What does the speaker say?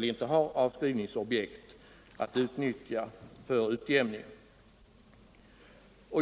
inte har avskrivningsobjekt att utnyttja för utjämning.